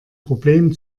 problem